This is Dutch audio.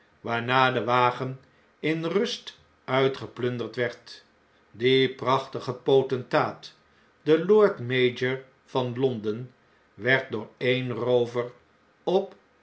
waarna de wagen in rust uitgeplunderd werd die prachtige potentaat de lord-mayor van l o n d e n werd door een roover opturnhamgrreen